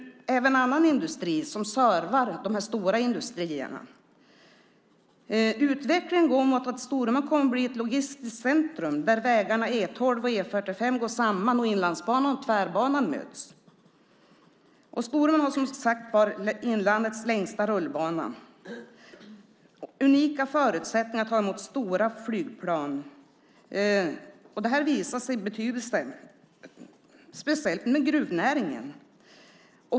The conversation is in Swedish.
Även annan industri som servar de här stora industrierna påverkas. Utvecklingen går mot att Storuman kommer att bli ett logistiskt centrum där vägarna E 12 och E 45 går samman och Inlandsbanan och Tvärbanan möts. Storuman har som sagt var inlandets längsta rullbana och unika förutsättningar att ta emot stora flygplan. Det visar sig vara betydelsefullt speciellt för gruvnäringen.